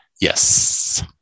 Yes